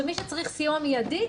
שמי שצריך סיוע מיידי,